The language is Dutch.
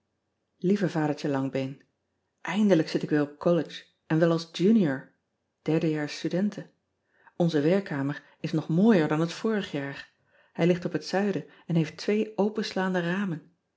ieve adertje angbeen indelijk zit ik weer op ollege en wel als unior derde jaars studente nze werkkamer is nog mooier dan het vorig jaar ij ligt op het uiden en heeft twee openslaande ramen